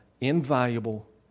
invaluable